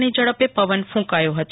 ની ઝડપે પવન કુંકાયો હતો